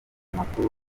makuru